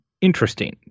interesting